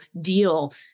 deal